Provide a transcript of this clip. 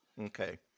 Okay